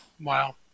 Wow